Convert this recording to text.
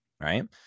Right